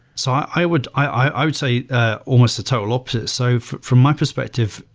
so i would i would say ah almost the total opposite. so from my perspective,